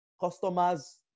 customers